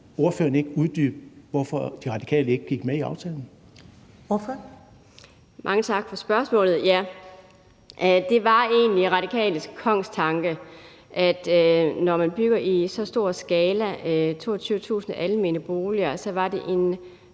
Ordføreren. Kl. 20:05 Susan Kronborg (RV): Mange tak for spørgsmålet. Ja, det var egentlig Radikales kongstanke, at når man bygger i så stor skala, altså 22.000 almene boliger, så var det en